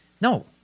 no